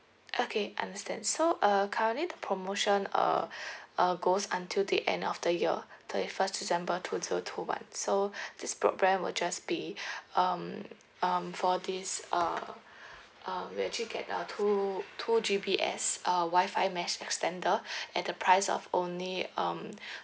okay understand so uh currently the promotion uh uh goes until the end of the year thirty first december two two two one so this broadband will just be um um for this uh uh we actually get uh two two G_P_S uh wifi mesh extender at the price of only um